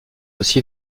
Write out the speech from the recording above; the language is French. aussi